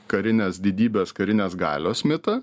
karinės didybės karinės galios mitą